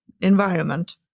environment